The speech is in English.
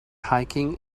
hiking